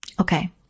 Okay